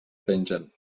pengen